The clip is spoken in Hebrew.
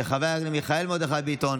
של חבר הכנסת מיכאל מרדכי ביטון.